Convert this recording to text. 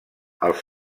els